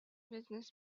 business